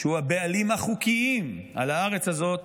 שהוא הבעלים החוקיים על הארץ הזאת,